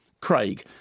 Craig